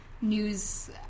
news